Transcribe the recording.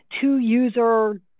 two-user